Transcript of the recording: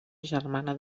germana